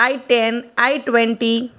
I ten I twenty